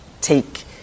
take